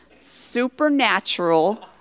Supernatural